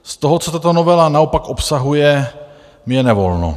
Z toho, co tato novela naopak obsahuje, mi je nevolno.